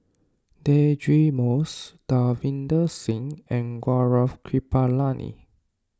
Deirdre Moss Davinder Singh and Gaurav Kripalani